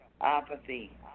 apathy